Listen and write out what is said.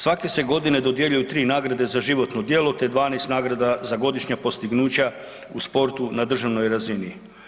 Svake se godine dodjeljuju tri nagrade za životno djelo te 12 nagrada za godišnja postignuća u sportu na državnoj razini.